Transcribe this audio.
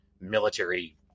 military